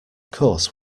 course